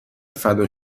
فدا